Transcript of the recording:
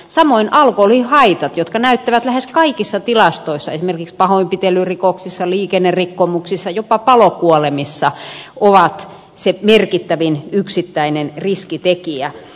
samoin alkoholihaitat jotka näkyvät lähes kaikissa tilastoissa esimerkiksi pahoinpitelyrikoksissa liikennerikkomuksissa jopa palokuolemissa ovat se merkittävin yksittäinen riskitekijä